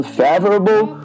favorable